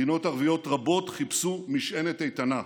מדינות ערביות רבות חיפשו משענת איתנה.